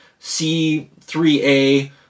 C3A